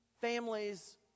Families